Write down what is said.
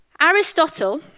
Aristotle